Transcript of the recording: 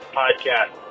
podcast